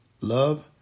love